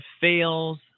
fails